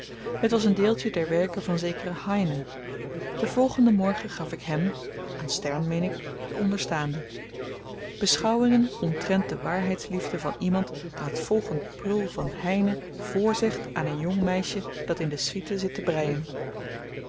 het was een deeltje der werken van zekeren heine den volgenden morgen gaf ik hem aan stern meen ik de onderstaande beschouwingen omtrent de waarheidsliefde van iemand die het volgend prul van heine vrzegt aan een jong meisje dat in de suite zit te breien